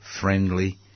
friendly